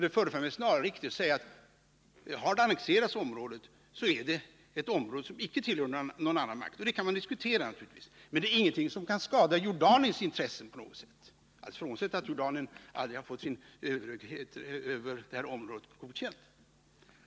Det förefaller mig snarare riktigt att säga att har området annekterats, så är det ett område som icke tillhör någon annan makt. Det kan man naturligtvis diskutera, men det är ingenting som kan skada Jordaniens intresse på något sätt, frånsett att Jordanien aldrig fått sin överhöghet över området godkänd.